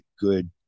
good